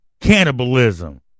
Cannibalism